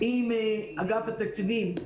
עם אגף התקציבים,